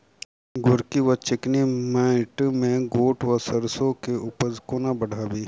गोरकी वा चिकनी मैंट मे गोट वा सैरसो केँ उपज कोना बढ़ाबी?